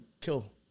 kill